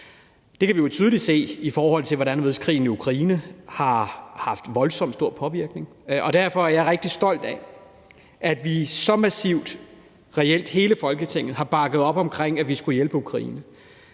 Det kan vi jo tydeligt se, i forhold til hvordan og hvorledes krigen i Ukraine har haft voldsomt stor påvirkning, og derfor er jeg rigtig stolt af, at vi så massivt, reelt hele Folketinget, har bakket op omkring, at vi skulle hjælpe Ukraine.